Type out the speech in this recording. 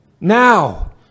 Now